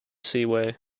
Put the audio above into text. seaway